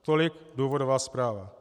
Tolik důvodová zpráva.